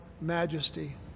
majesty